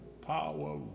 power